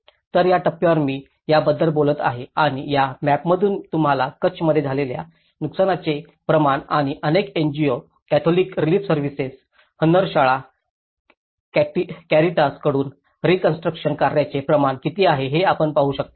तर या टप्प्यावर मी याबद्दल बोलत आहे आणि या मॅपतून तुम्हाला कच्छ मध्ये झालेल्या नुकसानाचे प्रमाण आणि अनेक NGO Catholic Relief Services Hunnarshala Caritas कडून रीकॉन्स्ट्रुकशन कार्यांचे प्रमाण किती आहे हे आपण पाहू शकता